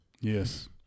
Yes